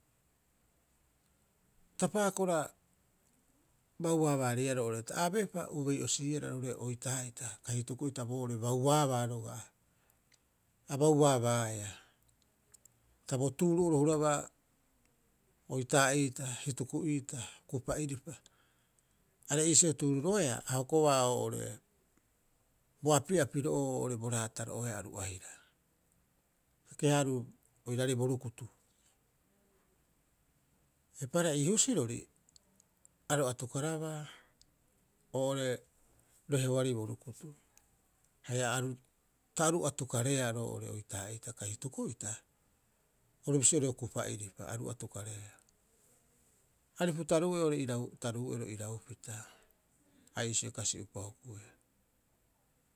Ta paakora bauabaareiaa roo'ore, ta abeepa ube'osiiara roo'ore oitaa'iita kai hituku'ita boo'ore bauaabaa roga'a, a bauaabaaea, ta bo tuuru'oro hurabaa, oitaa'iita hituku'iita kupa'iripa, are iisio tuururoeaa a kobaa oo'ore bo api'apiro'oo oo'ore bo raataro'oeaa oru aira. Keke- haaruu oiraarei bo rukutu, eipaareha ii husirori a ro atukaraba oo'ore roheoarei bo rukutu, haia ta oru atukareea roo'ore oitaa'iita kai hituku'iita orubisi oo'ore kupa'iripa a oru atukareea. Aripu taruu'e irau taruu'ero iraupita, a iisioi kasi'upa hukuia.